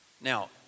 Now